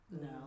No